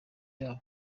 yabo